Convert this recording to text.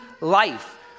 life